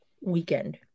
weekend